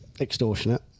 extortionate